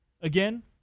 again